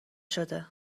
شده